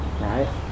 right